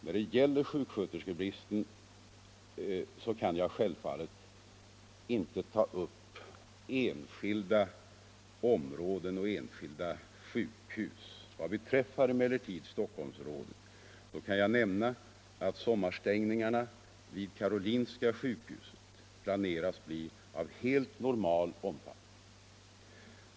När det gäller sjuksköterskebristen kan jag självfallet inte ta upp enskilda områden och sjukhus. Vad emellertid beträffar Stockholmsområdet kan jag nämna, att sommarstängningarna vid Karolinska sjukhuset planeras bli av helt normal 29 omfattning.